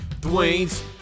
Dwayne's